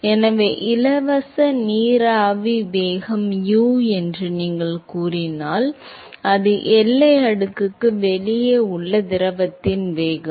எனவே இலவச நீராவி வேகம் U என்று நீங்கள் கூறினால் அது எல்லை அடுக்குக்கு வெளியே உள்ள திரவத்தின் வேகம்